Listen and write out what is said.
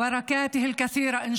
את ברכותיו הרבות.